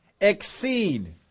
Exceed